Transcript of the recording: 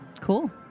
Cool